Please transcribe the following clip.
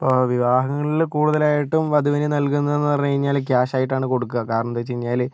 ഇപ്പോൾ വിവാഹങ്ങളിൽ കൂടുതൽ ആയിട്ടും വധുവിന് നൽകുന്നത് എന്ന് പറഞ്ഞു കഴിഞ്ഞാൽ ക്യാഷ് ആയിട്ടാണ് കൊടുക്കുക കാരണം എന്താന്ന് വെച്ച് കഴിഞ്ഞാല്